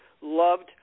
loved